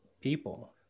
people